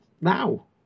now